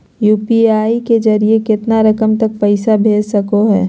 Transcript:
UPI के जरिए कितना रकम तक पैसा भेज सको है?